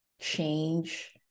change